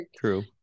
true